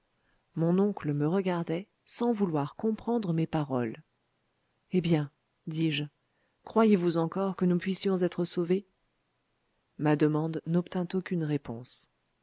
mon oncle me regardait sans vouloir comprendre mes paroles eh bien dis-je croyez-vous encore que nous puissions être sauvés ma demande n'obtint aucune réponse